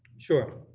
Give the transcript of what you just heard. sure,